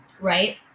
right